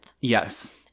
Yes